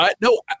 No